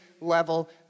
level